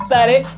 Study